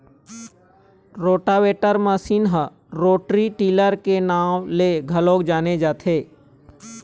rotavator machine ह rotary tiller के नांव ले घलोक जाने जाथे